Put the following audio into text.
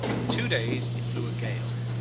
in two days it blew a gale.